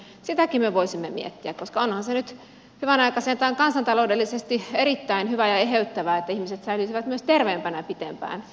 sitäkin me voisimme miettiä koska onhan se nyt hyvänen aika sentään kansantaloudellisesti erittäin hyvää ja eheyttävää että ihmiset säilyisivät myös terveempänä pitempään